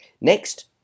Next